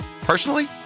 Personally